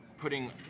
putting